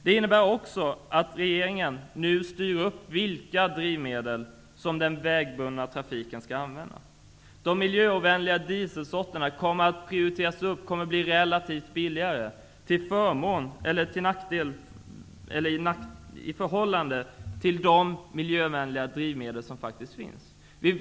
Det innebär också att regeringen nu styr upp vilka drivmedel som den vägbundna trafiken skall använda. De miljöovänliga dieselsorterna kommer att prioriteras och i förhållande till de miljövänliga drivmedel som faktiskt finns bli billigare.